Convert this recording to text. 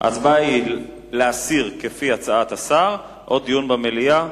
היא להסיר, כפי הצעת השר, או דיון במליאה